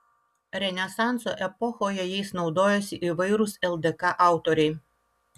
renesanso epochoje jais naudojosi įvairūs ldk autoriai